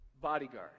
bodyguard